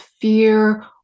fear